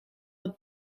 het